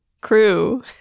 Crew